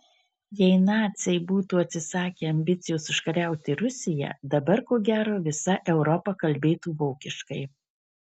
jei naciai būtų atsisakę ambicijos užkariauti rusiją dabar ko gero visa europa kalbėtų vokiškai